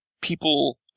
people